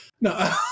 No